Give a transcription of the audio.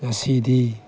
ꯉꯁꯤꯗꯤ